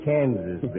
Kansas